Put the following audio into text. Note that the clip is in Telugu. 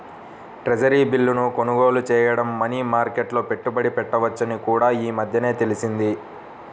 ట్రెజరీ బిల్లును కొనుగోలు చేయడం మనీ మార్కెట్లో పెట్టుబడి పెట్టవచ్చని కూడా ఈ మధ్యనే తెలిసింది